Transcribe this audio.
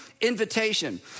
invitation